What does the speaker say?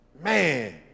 Man